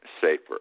safer